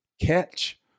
Catch